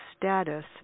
status